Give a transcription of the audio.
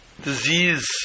disease